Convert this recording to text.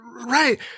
Right